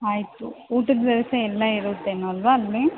ಆಯಿತು ಊಟದ ವ್ಯವಸ್ಥೆ ಎಲ್ಲ ಇರುತ್ತೇನೋ ಅಲ್ವಾ ಅಲ್ಲಿ